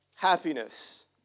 happiness